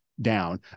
down